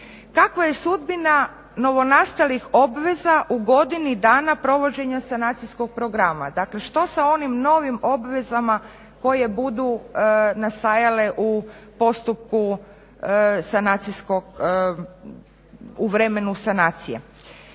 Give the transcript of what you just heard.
Kakva je sudbina nastalih obveza u godini dana provođenja sanacijskog programa? Dakle što sa onim novim obvezama koje budu nastajale u vremenu sanacije?